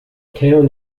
town